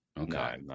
Okay